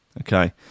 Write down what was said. Okay